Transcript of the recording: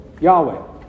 Yahweh